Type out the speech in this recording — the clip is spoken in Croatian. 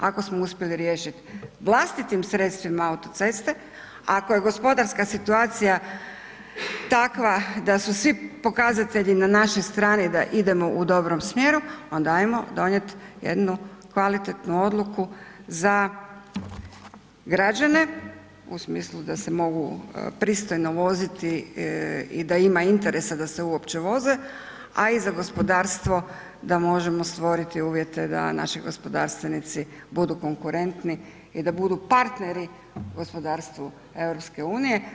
Ako smo uspjeli riješiti vlastitim sredstvima autoceste, ako je gospodarska situacija takva da su svi pokazatelji na našoj strani da idemo u dobrom smjeru, onda ajmo donijeti jednu kvalitetnu odluku za građane u smislu da se mogu pristojno voziti i da ima interesa da se uopće voze, a i za gospodarstvo da možemo stvoriti uvjete da naši gospodarstvenici budu konkurentni i da budu partneri gospodarstvu EU.